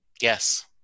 Yes